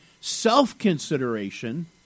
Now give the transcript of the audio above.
self-consideration